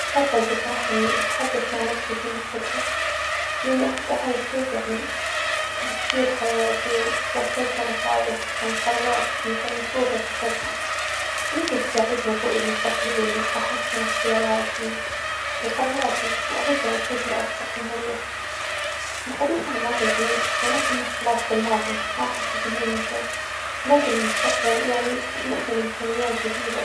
أفظل بصراحة إني أتحدث مع نفسي في المستقبل لإني أحب أعرف كيف يعني بتسير حياتي وأتلجى نصايح عن قرارات أن كان مفروظ أتخذها يمكن تساعدني الرؤية المستقبلية أنو أحسن اختياراتي وقرراتي ،وأعيش يعني بشكل أفظل ومريح ،الحديث مع الماظي جميل ولكنه خلاص بالماظي ما راح استفيد منه شي لكن المستقبل يعني يحمل إمكانيات جديدة.